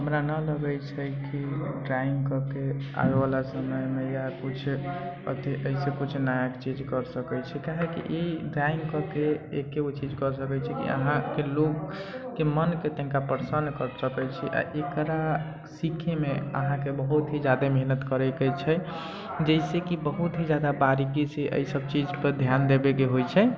हमरा नहि लगै छै कि ड्रॉइंग कयके आबै बला समयमे या किछु अथि एहिसँ किछु नया छी कऽ सकै छी काहेकि ई ड्रॉइंग कयके एगो चीज कय सकै छी कि अहाँके लोकके मनके तनिका प्रसन्न कर सकै छी आ एकरा सीखैमे अहाँके बहुत ही जादा मेहनत करैके छै जाहिसे कि बहुत ही जादा बारिकीसँ एहि सभ चीज पर ध्यान देबैके होइ छै